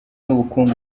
n’ubukungu